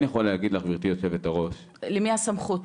למי הסמכות?